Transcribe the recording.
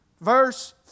Verse